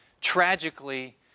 tragically